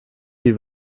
die